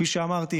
כפי שאמרתי,